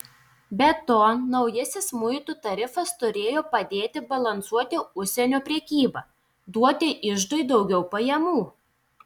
be to naujasis muitų tarifas turėjo padėti balansuoti užsienio prekybą duoti iždui daugiau pajamų